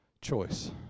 choice